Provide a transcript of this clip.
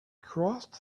crossed